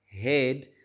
head